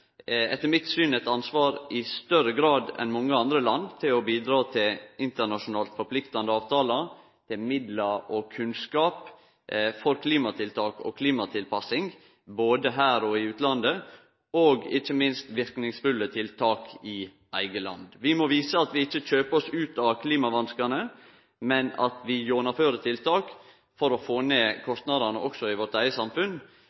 etter mitt syn har vi eit ansvar for i større grad enn mange andre land å bidra til internasjonalt forpliktande avtalar, til midlar og kunnskap når det gjeld klimatiltak og klimatilpassing både her og i utlandet, og ikkje minst verknadsfulle tiltak i eige land. Vi må vise at vi ikkje kjøper oss ut av klimavanskane, men at vi gjennomfører tiltak for å få ned